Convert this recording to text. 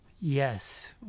Yes